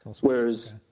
Whereas